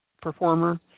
performer